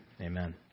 amen